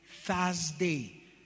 thursday